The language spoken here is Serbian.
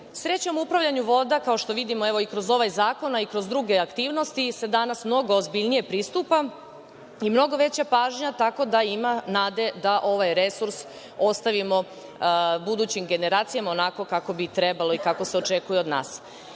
Srećom, upravljanju vodama, kao što vidimo i kroz ovaj zakon, a i kroz druge aktivnosti, se danas mnogo ozbiljnije pristupa i mnogo veća pažnja, tako da ima nade da ovaj resurs ostavimo budućim generacijama onako kako bi trebalo i kako se očekuje od